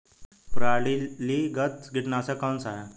प्रणालीगत कीटनाशक कौन सा है?